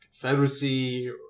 Confederacy